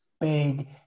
big